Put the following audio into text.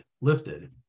lifted